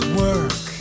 work